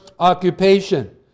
occupation